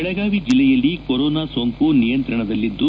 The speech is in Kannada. ಬೆಳಗಾವಿ ಜಿಲ್ಲೆಯಲ್ಲಿ ಕೊರೋನಾ ಸೋಂಕು ನಿಯಂತ್ರಣದಲ್ಲಿದ್ದು